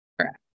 Correct